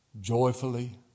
joyfully